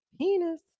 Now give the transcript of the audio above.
Penis